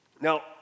Now